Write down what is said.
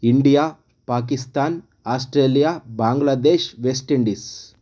India Pakistan Australia Bangladesh West Indies